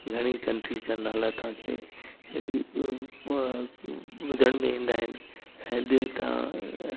घणेई कंट्रीज़ जा नाला तव्हांखे ॿुधण में ईंदा आहिनि ऐं डे तव्हां